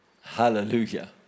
Hallelujah